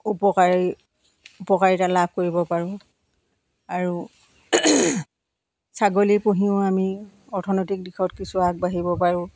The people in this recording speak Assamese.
উপকাৰী উপকাৰীতা লাভ কৰিব পাৰোঁ আৰু ছাগলী পুহিও আমি অৰ্থনৈতিক দিশত কিছু আগবাঢ়িব পাৰোঁ